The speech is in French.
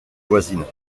voisines